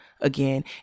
again